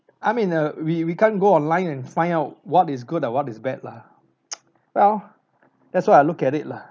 I mean uh we we can't go online and find out what is good and what is bad lah well that's what I look at it lah